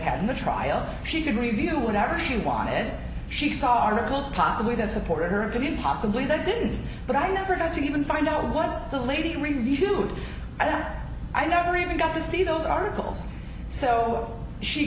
had the trial she could review whatever she wanted she saw articles possibly that supported her opinion possibly that didn't but i never got to even find out what the lady reviewed that i never even got to see those articles so she